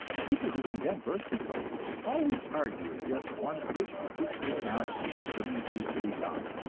people who condemn birth control always argue as if one wished to teach this knowledge indiscriminately to the young.